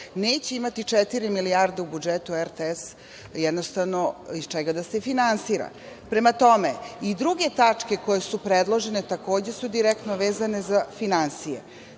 neće imati četiri milijarde u budžetu i RTS neće imati iz čega da se finansira. Prema tome, i druge tačke koje su predložene takođe su direktno vezane za finansije.